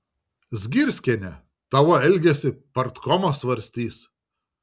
zgirskiene tavo elgesį partkomas svarstys